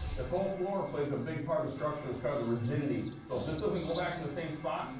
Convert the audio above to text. this whole floor plays a big part of the structure of this car, the rigidity. so if this doesn't go back in the same spot,